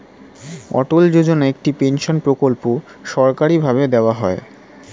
অটল যোজনা একটি পেনশন প্রকল্প সরকারি ভাবে দেওয়া হয়